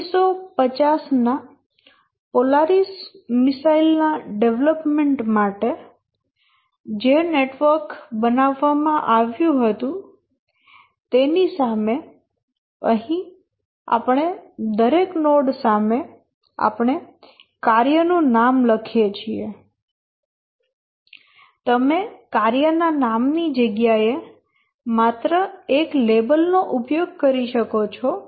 1950 ના Polaris missile ના development માટે જે નેટવર્ક બનાવવામાં આવ્યું હતું તેની સામે અહીં આપણે દરેક નોડ સામે આપણે કાર્ય નું નામ લખીએ છીએ તમે કાર્ય ના નામની જગ્યાએ માત્ર એક લેબલ નો ઉપયોગ કરી શકો છો